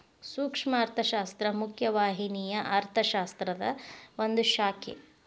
ಸೂಕ್ಷ್ಮ ಅರ್ಥಶಾಸ್ತ್ರ ಮುಖ್ಯ ವಾಹಿನಿಯ ಅರ್ಥಶಾಸ್ತ್ರದ ಒಂದ್ ಶಾಖೆ